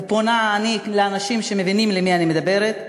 ופונה אני לאנשים שמבינים אל מי אני מדברת,